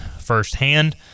firsthand